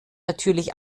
natürlich